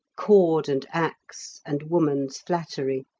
cord and axe, and woman's flattery.